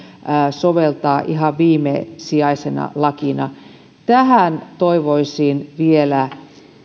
soveltaa ihan viimesijaisena lakina tähän toivoisin vielä